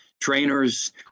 trainers